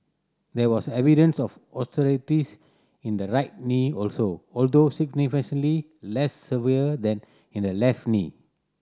there was evidence of osteoarthritis in the right knee also although significantly less severe than in the left knee